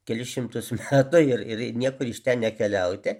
kelis šimtus metų ir ir niekur iš ten nekeliauti